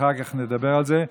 אחר כך נדבר על זה,